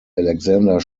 alexander